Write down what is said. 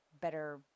better